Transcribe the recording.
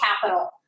capital